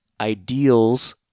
ideals